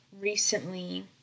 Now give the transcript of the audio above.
recently